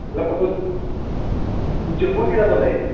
hello कुत्थुआं जम्मू हट्टी दा बोलै दे